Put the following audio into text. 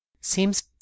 Seems